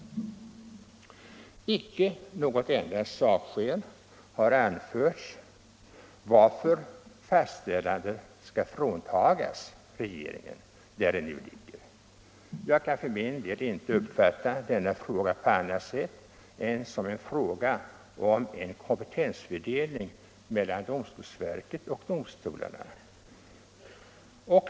Inte något enda sakskäl har anförts för att fastställandet skall fråntas regeringen, där det nu ligger. Jag kan för min del inte uppfatta denna fråga på annat sätt än som en fråga om kompetensfördelning mellan domstolsverket och domstolarna.